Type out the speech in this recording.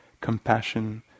compassion